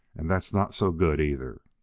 and that's not so good, either!